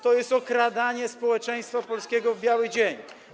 To jest okradanie społeczeństwa polskiego w biały dzień.